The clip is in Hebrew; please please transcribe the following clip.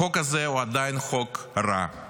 החוק הזה הוא עדיין חוק רע.